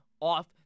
off